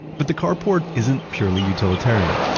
but the carport isn't purely utilitarian,